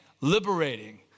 liberating